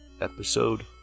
episode